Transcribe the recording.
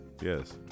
Yes